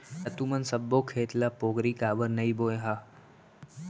त तुमन सब्बो खेत ल पोगरी काबर नइ बोंए ह?